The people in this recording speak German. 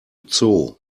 zoo